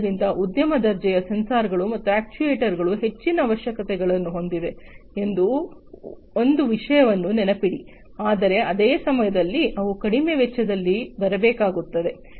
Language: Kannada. ಆದ್ದರಿಂದ ಉದ್ಯಮ ದರ್ಜೆಯ ಸೆನ್ಸರ್ಗಳು ಮತ್ತು ಅಕ್ಚುಯೆಟರ್ಸ್ಗಳು ಹೆಚ್ಚಿನ ಅವಶ್ಯಕತೆಗಳನ್ನು ಹೊಂದಿವೆ ಎಂದು ಒಂದು ವಿಷಯವನ್ನು ನೆನಪಿಡಿ ಆದರೆ ಅದೇ ಸಮಯದಲ್ಲಿ ಅವು ಕಡಿಮೆ ವೆಚ್ಚದಲ್ಲಿ ಬರಬೇಕಾಗುತ್ತದೆ